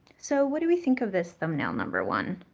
so what do we think of this thumbnail number one?